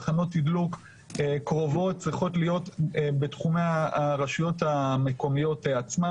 תחנות תדלוק קרובות צריכות להיות בתחומי הרשויות המקומיות עצמן,